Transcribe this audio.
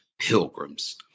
pilgrims